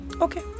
Okay